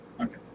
Okay